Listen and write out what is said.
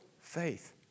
Faith